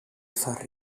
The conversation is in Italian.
far